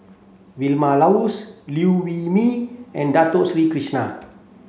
Vilma Laus Liew Wee Mee and Dato Sri Krishna